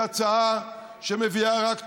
היא הצעה שמביאה רק תועלת,